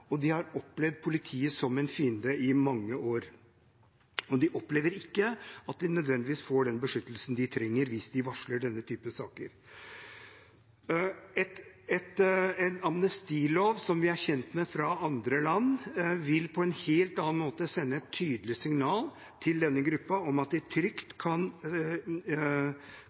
og de har opplevd politiet som en fiende i mange år. De opplever ikke at de nødvendigvis får den beskyttelsen de trenger hvis de varsler i denne typen saker. En amnestilov, som vi er kjent med fra andre land, vil på en helt annen måte sende et tydelig signal til denne gruppen om at de trygt kan